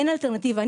אין אלטרנטיבה.